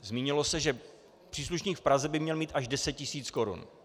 Zmínilo se, že příslušník v Praze by měl mít až 10 tis. korun.